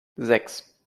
sechs